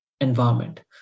environment